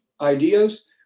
ideas